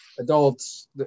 Adults